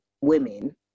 women